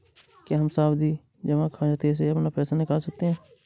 क्या हम सावधि जमा खाते से अपना पैसा निकाल सकते हैं?